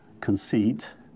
conceit